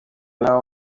ntaho